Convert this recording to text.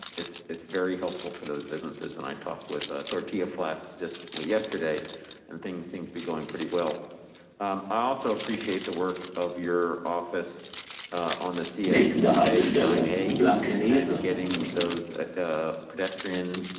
it's it's very helpful for those businesses. and i talk with a tortilla flats just yesterday and things seemed to be going pretty well. i also appreciate the work of your office on the c s a nine a and getting those ah pedestrian